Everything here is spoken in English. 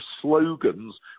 slogans